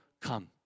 come